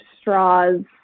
straws